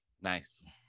Nice